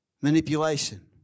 manipulation